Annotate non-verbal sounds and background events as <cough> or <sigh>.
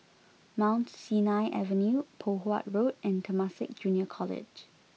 <noise> Mount Sinai Avenue Poh Huat Road and Temasek Junior College